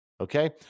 Okay